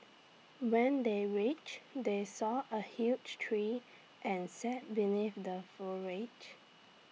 when they reached they saw A huge tree and sat beneath the forage